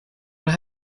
what